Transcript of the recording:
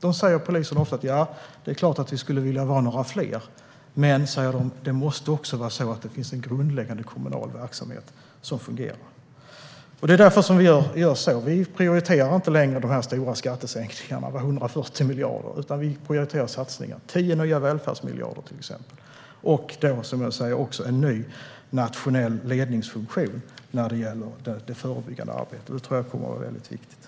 De säger ofta: Det är klart att vi skulle vilja vara några fler, men det måste också finnas en grundläggande kommunal verksamhet som fungerar. Det är därför vi gör så här. Vi prioriterar inte de stora skattesänkningarna med 140 miljarder, utan vi prioriterar skattesatsningar med till exempel 10 nya välfärdsmiljarder. Vi inför också en ny nationell ledningsfunktion när det gäller det förebyggande arbetet. Det tror jag kommer att vara väldigt viktigt.